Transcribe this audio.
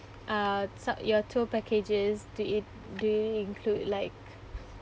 uh suc~ your tour packages to it do it include like